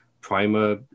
primer